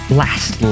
last